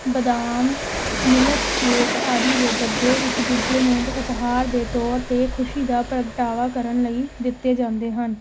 ਬਦਾਮ milk cake ਆਦਿ ਦੇ ਡੱਬੇ ਇੱਕ ਦੂਜੇ ਨੂੰ ਉਪ ਉਪਹਾਰ ਦੇ ਤੌਰ 'ਤੇ ਖੁਸ਼ੀ ਦਾ ਪ੍ਰਗਟਾਵਾ ਕਰਨ ਲਈ ਦਿੱਤੇ ਜਾਂਦੇ ਹਨ